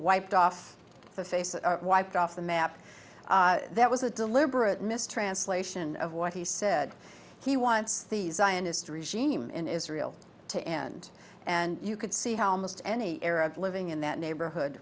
wiped off the face wiped off the map that was a deliberate mistranslation of what he said he wants the zionist regime in israel to end and you could see how most any arab living in that neighborhood